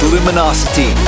Luminosity